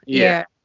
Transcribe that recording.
yeah.